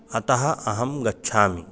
अतः अहं गच्छामि